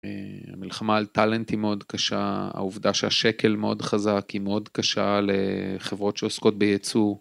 המלחמה על טאלנט היא מאוד קשה, העובדה שהשקל מאוד חזק היא מאוד קשה לחברות שעוסקות בייצוא.